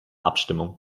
abstimmung